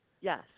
Yes